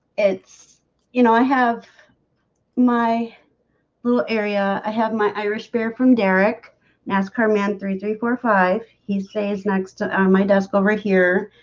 it's you know i have my little area. i have my irish bear from derek nascar man, three three, four five he stays next to um my desk over here.